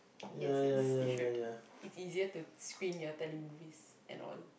yes yes you should it's easier to screen your telemovies and all